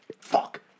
fuck